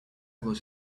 was